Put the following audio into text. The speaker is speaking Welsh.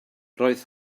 roedd